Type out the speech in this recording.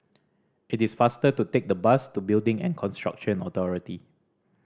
it is faster to take the bus to Building and Construction Authority